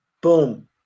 boom